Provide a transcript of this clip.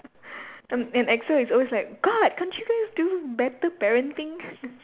um and Axl is always like god can't you guys do better parenting